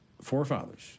forefathers